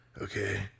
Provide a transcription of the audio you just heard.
okay